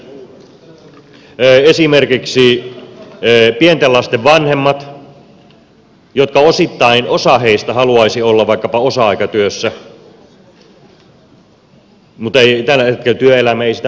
esimerkiksi opiskelijat esimerkiksi pienten lasten vanhemmat osa heistä haluaisi olla vaikkapa osa aikatyössä mutta tällä hetkellä työelämä ei sitä mahdollista tai etuusjärjestelmät eivät siihen kannusta